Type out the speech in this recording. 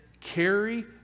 carry